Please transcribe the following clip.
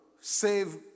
save